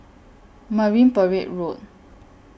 Marine Parade Road